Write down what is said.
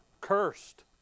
Cursed